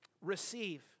Receive